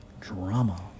drama